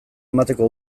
emateko